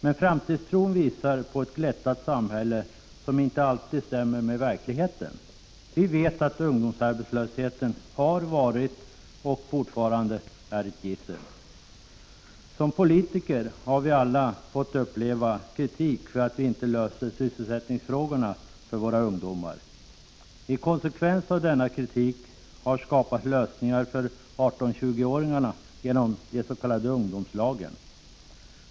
Men framtidstron visar på ett glättat samhälle, som inte alltid stämmer med verkligheten. Vi vet att ungdomsarbetslösheten har varit och fortfarande är ett gissel. Som politiker har vi alla fått kritik för att vi inte löser sysselsättningsproblemen för våra ungdomar. Som en konsekvens av denna kritik har det skapats lösningar för 18-20-åringarna genom de s.k. ungdomslagen.